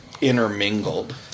Intermingled